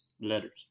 letters